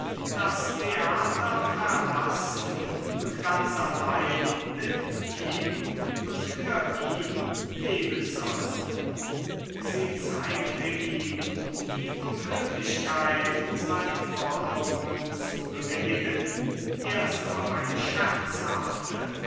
das theater verlassen und ganz allein mit ihm und für ihn leben sollte sie zeigte ihm die unmöglichkeit seine forderungen zu bewilligen erst auf eine